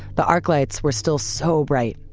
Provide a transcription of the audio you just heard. the arc lights were still so bright.